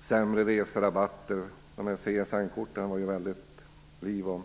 sämre reserabatter. De här CSN korten var det mycket liv om.